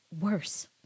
worse